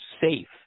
safe